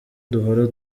duhora